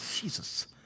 Jesus